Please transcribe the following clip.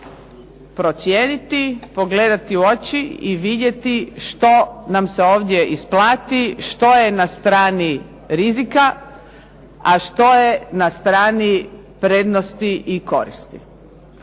procijeniti, pogledati u oči i vidjeti što nam se ovdje isplati, što je na strani rizika, a što je na strani prednosti i koristi.